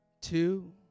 two